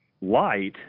light